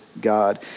God